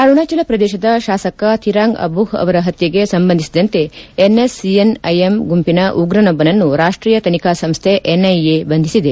ಅರುಣಾಚಲ ಪ್ರದೇಶದ ಶಾಸಕ ತಿರಾಂಗ್ ಅಬೊ ಅವರ ಹತ್ಯೆಗೆ ಸಂಬಂಧಿಸಿದಂತೆ ಎನ್ಎಸ್ಸಿಎನ್ ಐಎಂ ಗುಂಪಿನ ಉಗ್ರನೊಬ್ಬನನ್ನು ರಾಷ್ಟೀಯ ತೆನಿಖಾ ಸಂಸ್ಡೆ ಎನ್ಐಎ ಬಂಧಿಸಿದೆ